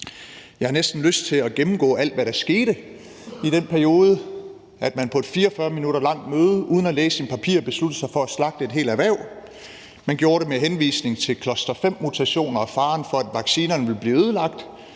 Jeg har næsten lyst til at gennemgå alt, hvad der skete i den periode, nemlig at man på et 44 minutter langt møde uden at læse sine papirer besluttede sig for at slagte et helt erhverv. Man gjorde det med henvisning til cluster-5-mutationer og faren for, at vaccinerne ville blive ødelagt,